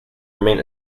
remain